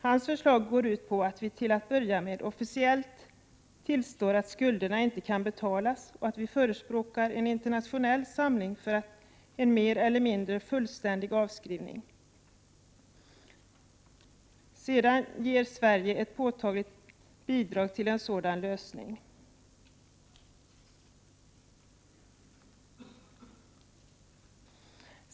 Hans förslag går ut på att vi till att börja med officiellt tillstår att skulderna inte kan betalas och att vi förespråkar en internationell samling för en mer eller mindre fullständig avskrivning. Därefter skulle Sverige ge ett påtagligt bidrag till en sådan lösning.